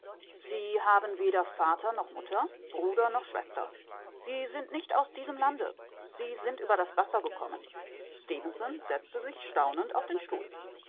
sie haben weder vater noch mutter bruder noch schwester sie sind nicht aus diesem lande sie sind über das wasser gekommen stefenson setzte sich staunend auf den stuhl